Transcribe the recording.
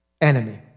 enemy